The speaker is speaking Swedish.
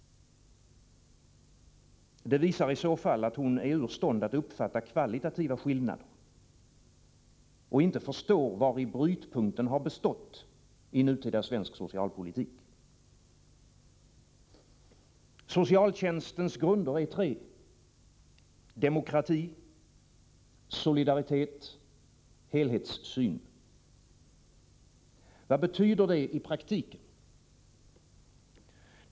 Det visar i så fall att hon är ur stånd att uppfatta kvalitativa skillnader och inte förstår vari brytpunkten har bestått i nutida svensk socialpolitik. Socialtjänstens grunder är tre: demokrati, solidaritet, helhetssyn. Vad betyder det i praktiken?